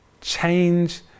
change